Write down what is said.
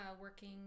working